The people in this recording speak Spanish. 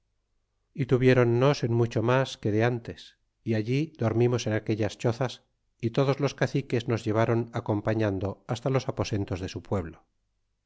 y tuviéronnos en mucho mas que de ántes y allí dormimos en aquellas chozas y todos los caciques nos llevron acompañando hasta los aposentos de su pueblo